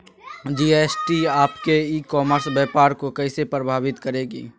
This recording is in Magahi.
जी.एस.टी आपके ई कॉमर्स व्यापार को कैसे प्रभावित करेगी?